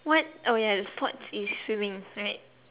what oh ya the sports is swimming right